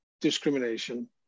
discrimination